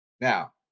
now